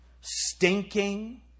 stinking